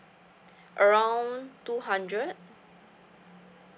around two hundred